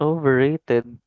Overrated